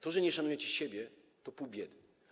To, że nie szanujecie siebie, to pół biedy.